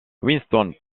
winston